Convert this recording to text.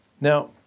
Now